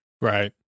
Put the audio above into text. Right